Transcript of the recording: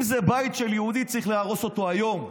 אם זה בית של יהודי צריך להרוס אותו היום.